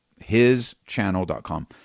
hischannel.com